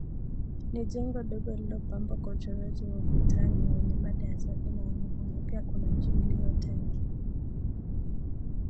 Ni jumba ndogo lililopambwa kwa uchoraji wa ukutani yenye mada ya Safina ya Nuhu. Na pia kuna njia iliyotengwa .